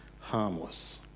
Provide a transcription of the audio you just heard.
harmless